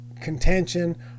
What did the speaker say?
contention